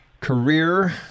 career